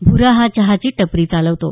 भुरा हा चहाची टपरी चालवतो